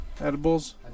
Edibles